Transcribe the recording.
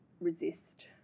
resist